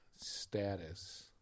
Status